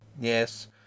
Yes